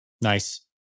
Nice